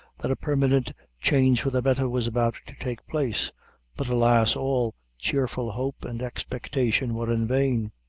that a permanent change for the better was about to take place but alas, all cheerful hope and expectation were in vain.